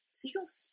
seagulls